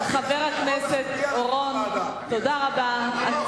חבר הכנסת אורון, תודה רבה.